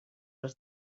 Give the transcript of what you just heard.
els